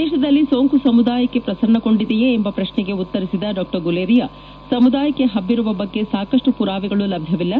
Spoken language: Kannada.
ದೇಶದಲ್ಲಿ ಸೋಂಕು ಸಮುದಾಯಕ್ಕೆ ಪ್ರಸರಣಗೊಂಡಿದೆಯೇ ಎಂಬ ಪ್ರಕ್ನೆಗೆ ಉತ್ತರಿಸಿದ ಡಾ ಗುಲೇರಿಯಾ ಸಮುದಾಯಕ್ಕೆ ಹಬ್ಬಿರುವ ಬಗ್ಗೆ ಸಾಕಷ್ಟು ಮರಾವೆಗಳು ಲಭ್ಯವಿಲ್ಲ